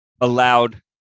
allowed